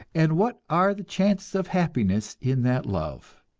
and what are the chances of happiness in that love.